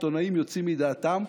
העיתונאים יוצאים מדעתם.